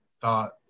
thought